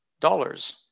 dollars